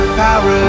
power